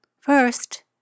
first